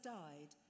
died